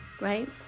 right